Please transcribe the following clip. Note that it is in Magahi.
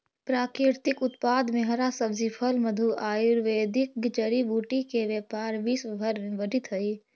प्राकृतिक उत्पाद में हरा सब्जी, फल, मधु, आयुर्वेदिक जड़ी बूटी के व्यापार विश्व भर में बढ़ित हई